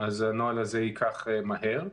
הנוהל הזה יקרה מהר.